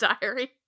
diary